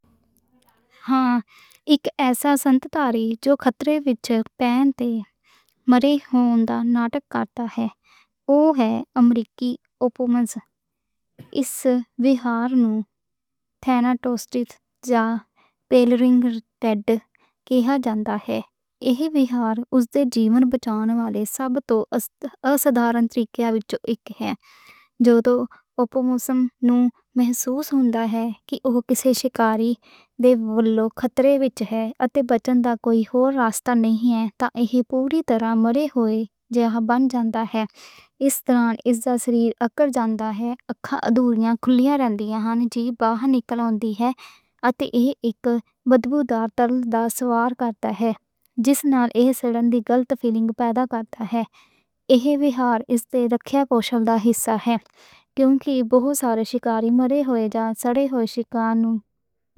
ہاں ایک ایسا سنتھاری جو خطرے وچ پَین تے مرے ہویا ناٹک کاتا ہے۔ وہ ہے امریکی اوپوسم، اس وہار نوں تھیناٹوسِس جا پلیئنگ ڈیڈ کہا جاندا ہے۔ یہی وہار اس دے جیون بچان والے سار توں اسادھارن طریقیاں وچ ایک ہے۔ جدوں اوپوسم نوں محسوس ہوندا ہے۔ کہ وہ کسے شکاری دے ولّوں خطرے وچ ہے۔ اتے بچن دا کوئی ہور رستہ نئیں ہے۔ تا یہی پوری طرح مرے ہویا جیہا بن جاندا ہے۔ اس طرح اس دا سریر اکڑ جاندا ہے۔ اکھاں ادھ کھلیاں رہندیاں، جِبھ باہر نکل آؤندی ہے۔ اتے ایہ اک بدبودار تَرل دا سوَر کردا ہے۔ جس نال ایہ سڑن دی غلط فِیلِنگ پیدا کردا ہے۔ ایہہ وہار اس دے رکھیا پوشل دا حصہ ہے۔ کیونکہ بہت سارے شکاری مرے ہوۓ جیہے سڑے ہوۓ شکار نوں نئیں کھاندے۔